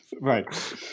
Right